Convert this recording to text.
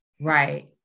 Right